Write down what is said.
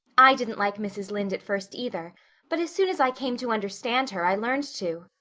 i didn't like mrs. lynde at first either but as soon as i came to understand her i learned to.